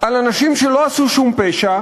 לאנשים שלא עשו שום פשע.